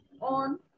on